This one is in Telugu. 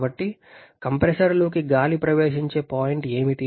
కాబట్టి కంప్రెసర్లోకి గాలి ప్రవేశించే పాయింట్ ఏమిటి